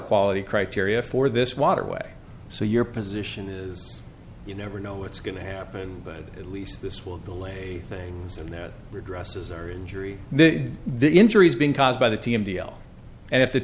quality criteria for this waterway so your position is you never know what's going to happen but at least this will delay things in their dresses or injury the injuries being caused by the team deal and if the